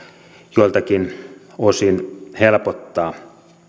joiltakin osin helpottaa